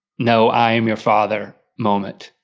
no, i am your father moment,